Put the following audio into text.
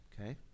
Okay